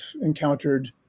encountered